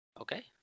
Okay